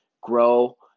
grow